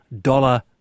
dollar